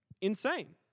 Insane